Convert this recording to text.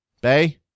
Bay